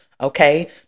Okay